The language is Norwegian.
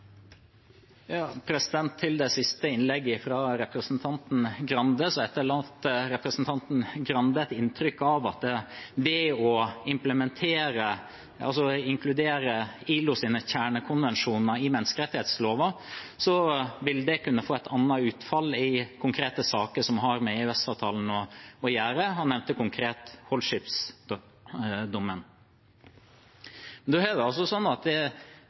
Til det siste innlegget, fra representanten Grande: Han etterlater et inntrykk av at ved å implementere, altså inkludere, ILOs kjernekonvensjoner i menneskerettsloven vil vi kunne få et annet utfall i konkrete saker som har med EØS-avtalen å gjøre. Han nevnte konkret Holship-dommen. Det ville være fint om representanten Grande gikk litt mer konkret inn på hvordan han mener at det